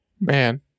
Man